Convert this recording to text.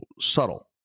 subtle